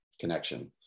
connection